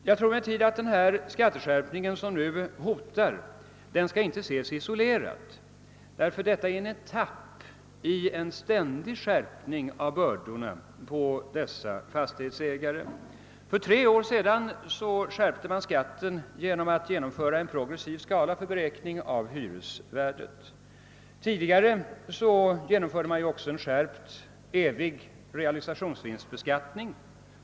Jag tror emellertid att den skatteskärpning som nu hotar inte bör ses isolerad, eftersom den är en etapp i en ständig skärpning av bördorna på fastighetsägarna. För tre år sedan skärpte man skatten genom att införa en progressiv skala för beräkning av hyresvärdet. Man har också genomfört en skärpt s.k. evig realisationsvinstbeskattning.